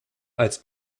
als